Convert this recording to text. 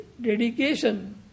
dedication